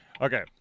Okay